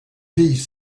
piece